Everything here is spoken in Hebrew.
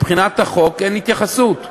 מבחינת החוק אין התייחסות.